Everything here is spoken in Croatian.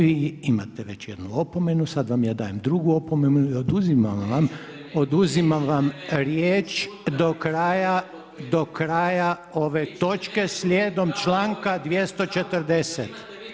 Vi imate već jednu opomenu, sad vam ja dajem drugu opomenu i oduzimam vam riječ do kraja ove točke slijedom članka 240.